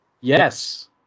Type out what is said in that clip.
yes